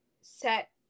set